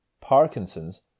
Parkinson's